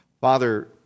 Father